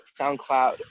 SoundCloud